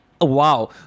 wow